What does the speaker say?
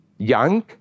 young